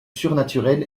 surnaturel